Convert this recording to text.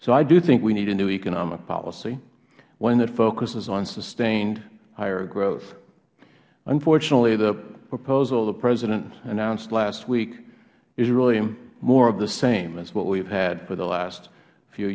i do think we need a new economic policy one that focuses on sustained higher growth unfortunately the proposal the president announced last week is really more of the same as what we have had in the last few